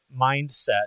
mindset